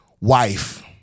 wife